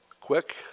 quick